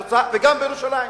ברצועה וגם בירושלים.